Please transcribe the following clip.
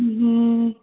ہوں